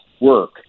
work